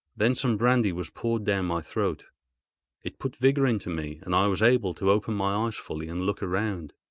then some brandy was poured down my throat it put vigour into me, and i was able to open my eyes fully and look around.